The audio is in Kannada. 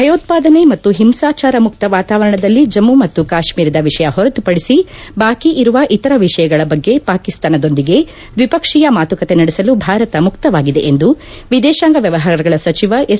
ಭಯೋತ್ವಾದನೆ ಮತ್ತು ಹಿಂಸಾಚಾರ ಮುಕ್ತ ವಾತಾವರಣದಲ್ಲಿ ಜಮ್ನು ಮತ್ತು ಕಾಶ್ನೀರದ ವಿಷಯ ಹೊರತುಪಡಿಸಿ ಬಾಕಿ ಇರುವ ಇತರ ವಿಷಯಗಳ ಬಗ್ಗೆ ಪಾಕಿಸ್ತಾನದೊಂದಿಗೆ ದ್ನಿಪಕ್ಷೀಯ ಮಾತುಕತೆ ನಡೆಸಲು ಭಾರತ ಮುಕ್ತವಾಗಿದೆ ಎಂದು ವಿದೇಶಾಂಗ ವ್ಣವಹಾರಗಳ ಸಚಿವ ಎಸ್